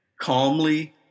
calmly